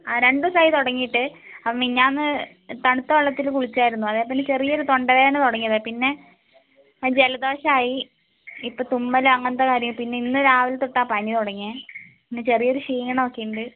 ആ രണ്ട് ദിവസമായി തുടങ്ങിയിട്ട് മിനിഞ്ഞാന്ന് തണുത്ത വെള്ളത്തിൽ കുളിച്ചായിരുന്നു അതുപോലെ ചെറിയ ഒരു തൊണ്ടവേദന തുടങ്ങിയതാ പിന്നെ ജലദോഷമായി ഇപ്പോൾ തുമ്മൽ അങ്ങനത്തെ കാര്യങ്ങളാ പിന്നെ ഇന്ന് രാവിലെ തൊട്ടാ പനി തുടങ്ങിയത് പിന്നെ ചെറിയ ഒരു ക്ഷീണം ഒക്കെയുണ്ട്